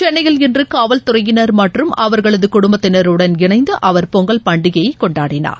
சென்னையில் இன்று காவல்துறையினா் மற்றும் அவா்களது குடும்பத்தினருடன் இணைந்து அவர் பொங்கல் பண்டிகையை கொண்டாடினார்